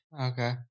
Okay